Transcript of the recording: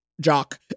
Jock